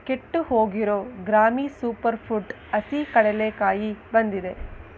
ಕೆಟ್ಟು ಹೋಗಿರೋ ಗ್ರಾಮೀ ಸೂಪರ್ಫುಡ್ ಹಸಿ ಕಡಲೇಕಾಯಿ ಬಂದಿದೆ